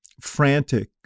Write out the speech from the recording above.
frantic